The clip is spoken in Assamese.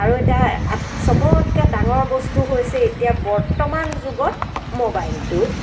আৰু এতিয়া চবতকৈ ডাঙৰ বস্তু হৈছে এতিয়া বৰ্তমান যুগত ম'বাইলটো